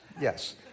yes